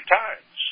times